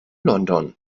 london